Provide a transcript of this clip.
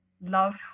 love